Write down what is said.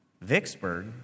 Vicksburg